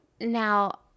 Now